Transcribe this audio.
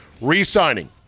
re-signing